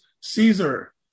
Caesar